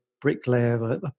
bricklayer